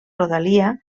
rodalia